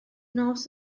nos